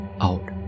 out